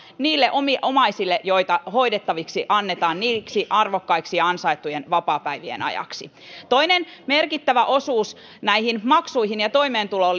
niille omaisille joita hoidettaviksi annetaan arvokkaiden ja ansaittujen vapaapäivien ajaksi toinen merkittävä osuus näihin maksuihin ja toimeentuloon